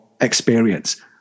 experience